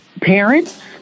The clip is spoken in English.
parents